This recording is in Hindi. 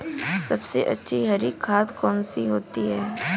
सबसे अच्छी हरी खाद कौन सी होती है?